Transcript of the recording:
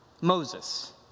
Moses